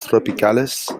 tropicales